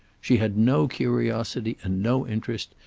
she had no curiosity and no interest,